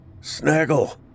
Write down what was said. Snaggle